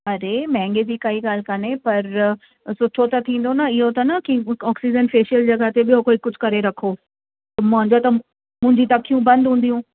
अरे महांगे जी काई ॻाल्हि कोन्हे पर सुठो त थींदो न इहो त न की हू ऑक्सीजन फ़ेशियल जॻह ते ॿियो कोई कुझु करे रखो मुंहिंजो त मुंहिंजी त अखियूं बंदि हूंदियूं